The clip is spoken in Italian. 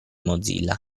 mozilla